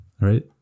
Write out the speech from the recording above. Right